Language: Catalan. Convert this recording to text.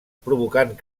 provocant